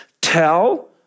Tell